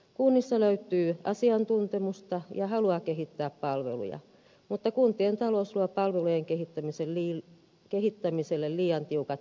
kunnissa löytyy asiantuntemusta ja halua kehittää palveluja mutta kuntien talous luo palvelun kehittämiselle liian tiukat raamit